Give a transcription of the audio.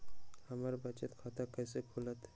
हमर बचत खाता कैसे खुलत?